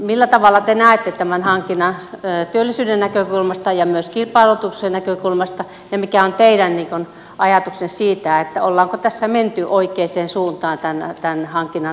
millä tavalla te näette tämän hankinnan työllisyyden näkökulmasta ja myös kilpailutuksen näkökulmasta ja mikä on teidän ajatuksenne siitä ollaanko menty oikeaan suuntaan tämän hankinnan toteuttamisessa